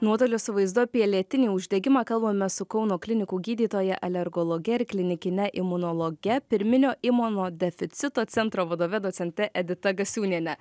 nuotolio su vaizdu apie lėtinį uždegimą kalbamės su kauno klinikų gydytoja alergologe ir klinikine imunologe pirminio imunodeficito centro vadove docente edita gasiūniene